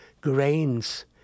grains